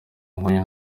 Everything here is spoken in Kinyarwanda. nk’uyu